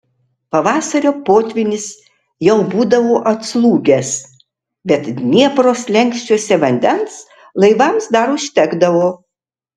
pavasario potvynis jau būdavo atslūgęs bet dniepro slenksčiuose vandens laivams dar užtekdavo